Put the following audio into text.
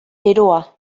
beroa